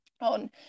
on